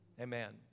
Amen